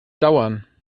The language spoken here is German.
dauern